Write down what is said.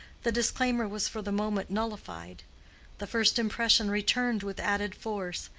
the disclaimer was for the moment nullified the first impression returned with added force,